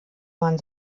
man